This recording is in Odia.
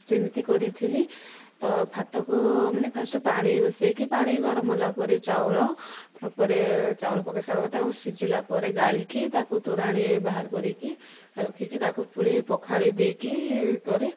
ସେମିତି କରିଥିଲି ତ ଭାତକୁ ମାନେ ଫାଷ୍ଟ ପାଣିରେ ବସାଇକି ପାଣି ଗରମ ହେଲା ପରେ ଚାଉଳ ତା'ପରେ ଚାଉଳ ପକାଇ ସରିଲା ପରେ ତାକୁ ସିଝିଲା ପରେ ଗାଳିକି ତାକୁ ତୋରାଣି ବାହାର କରିକି ରଖିକି ତାକୁ ପୁଣି ପଖାଳି ଦେଇକି କରେ